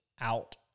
out